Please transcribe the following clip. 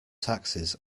taxes